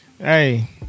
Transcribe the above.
hey